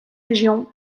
region